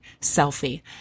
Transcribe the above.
selfie